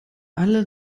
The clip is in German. alle